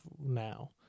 now